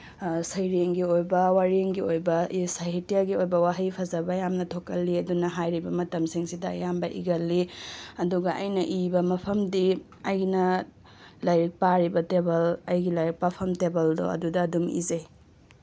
ꯁꯩꯔꯦꯡꯒꯤ ꯑꯣꯏꯕ ꯋꯥꯔꯦꯡꯒꯤ ꯑꯣꯏꯕ ꯁꯥꯍꯤꯇ꯭ꯌꯒꯤ ꯑꯣꯏꯕ ꯋꯥꯍꯩ ꯐꯖꯕ ꯌꯥꯝꯅ ꯊꯣꯛꯀꯜꯂꯤ ꯑꯗꯨꯅ ꯍꯥꯏꯔꯤꯕ ꯃꯇꯝꯁꯤꯡꯁꯤꯗ ꯑꯌꯥꯝꯕ ꯏꯒꯜꯂꯤ ꯑꯗꯨꯒ ꯑꯩꯅ ꯏꯕ ꯃꯐꯝꯗꯤ ꯑꯩꯅ ꯂꯥꯏꯔꯤꯛ ꯄꯥꯔꯤꯕ ꯇꯦꯕꯜ ꯑꯩꯒꯤ ꯂꯥꯏꯔꯤꯛ ꯄꯥꯐꯝ ꯇꯦꯕꯜꯗꯣ ꯑꯗꯨꯗ ꯑꯗꯨꯝ ꯏꯖꯩ